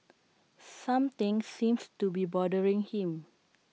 something seems to be bothering him